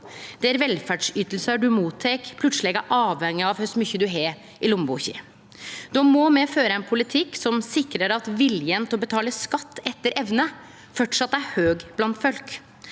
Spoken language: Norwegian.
at velferdsytingar ein mottek, plutseleg er avhengige av kor mykje ein har i lommeboka. Då må me føre ein politikk som sikrar at viljen til å betale skatt etter evne framleis er høg blant folk,